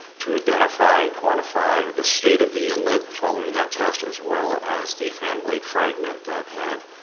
to identify and quantify with the state of the inlet following that test as well as the fan blade fragment that had